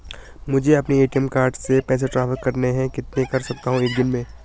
मुझे अपने ATM card से पैसे ट्रांसफर करने हैं कितने कर सकता हूँ एक दिन में?